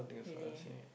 really